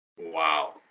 Wow